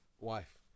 wife